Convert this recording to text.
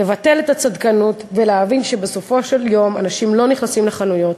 לבטל את הצדקנות ולהבין שבסופו של יום אנשים לא נכנסים לחנויות,